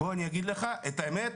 אני אגיד לך את האמת,